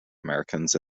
americans